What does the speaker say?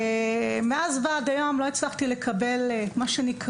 מאז ועד היום לא הצלחתי למצוא קביעות,